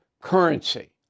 currency